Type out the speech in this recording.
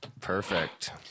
Perfect